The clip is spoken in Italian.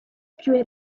più